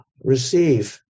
receive